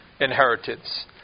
inheritance